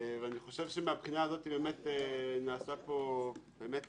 אני חושב שמהבחינה הזאת באמת נעשה פה שינוי